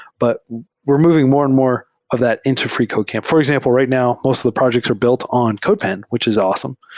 but we're moving more and more of that into freecodecamp. for example, right now, most of the projects are built on codepen, which is awesome.